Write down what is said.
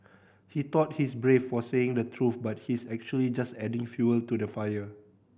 he thought he's brave for saying the truth but he's actually just adding fuel to the fire